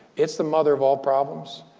it's the mother of all problems.